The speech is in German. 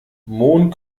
mohn